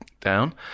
down